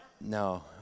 No